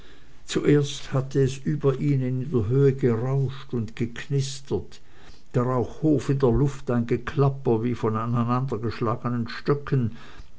zuerst hatte es über ihnen an der höhe gerauscht und geknistert darauf hoch in der luft ein geklapper wie von aneinander geschlagenen stöcken